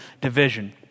division